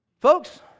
Folks